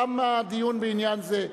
תם הדיון בעניין זה.